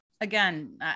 Again